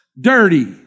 dirty